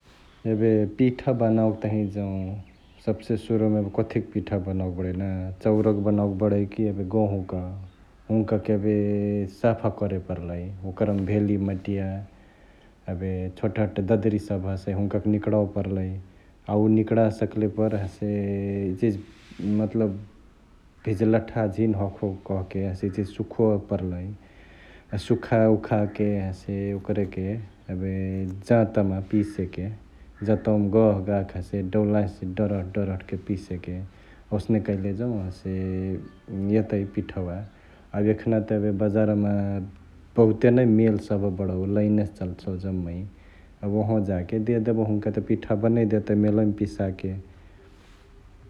एबे पिठा बनाओके तहिय जौं सब्से सुरुम एबे कथिक पिठा बनओके बडै ना, चउरक बनओके बडै कि एबे गहुंक्, हुन्काके एबे साफा करे परलई । ओकरमा भेली मटिया ,एबे छोटहट ददरी सभ हसई हुन्काके निकडावे परलई । अ उ निकडा सकले पर हसे इचिहिची मतलब भिजलठाह झिन हखो कहके इचिहिची सुखावे परलई । हसे सुखाउखाके हसे ओकरके एबे जंतवामा पिसेके । जंतवामा गहगहाके हसे डौलाहिसे डरठ डरठके पिसेके ,ओसने कैले जौं हसे एतई पिठवा । अ एखना त एबे बजरवामा बहुते नै मेल सभ बडउ, लाईनसे चलसउ जम्मै ,अ उहवा जाके देदेबहु, हुन्का त पिठवा बनैई देतई मेलईमा पिसके ।